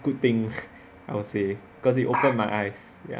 good thing I will say because it opened my eyes ya